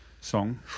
song